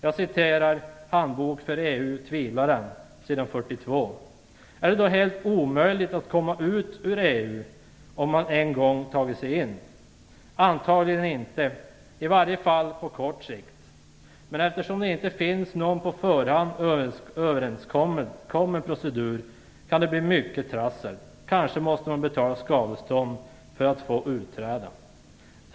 Jag citerar ur Handbok för EU tvivlaren, s. 42: "Är det då helt omöjligt att komma ut ur EU om man en gång tagit sig in? Antagligen inte - i varje fall på kort sikt. Men eftersom det inte finns någon på förhand överenskommen procedur kan det bli mycket trassel. Kanske måste man betala skadestånd för att få utträda."